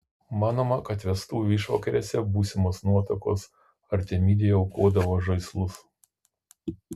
manoma kad vestuvių išvakarėse būsimos nuotakos artemidei aukodavo žaislus